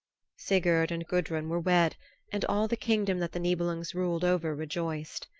sigurd and gudrun were wed and all the kingdom that the nibelungs ruled over rejoiced.